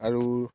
আৰু